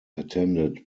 attended